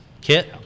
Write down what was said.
Kit